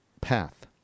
path